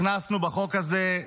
הכנסנו בחוק הזה,